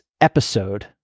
episode